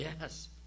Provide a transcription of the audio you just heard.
Yes